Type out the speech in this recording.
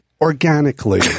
organically